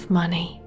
money